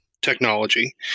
Technology